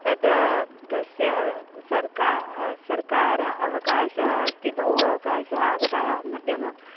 तद् तस्य सर्का सर्वकारः अवकाशः अस्ति बहु अवकाशः आगतः मध्यमः